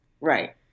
Right